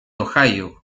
ohio